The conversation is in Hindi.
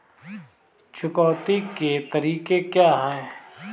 चुकौती के तरीके क्या हैं?